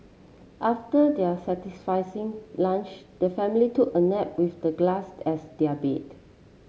after their satisfy lunch the family took a nap with the glass as their bed